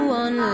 one